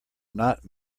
not